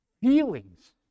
feelings